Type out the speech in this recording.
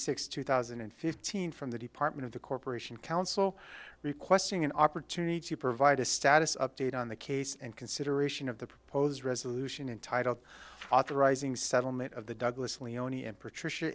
sixth two thousand and fifteen from the department of the corporation counsel requesting an opportunity to provide a status update on the case and consideration of the proposed resolution entitled authorizing settlement of the douglas leoni and p